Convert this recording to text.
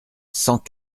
cent